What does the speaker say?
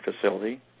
facility